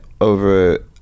over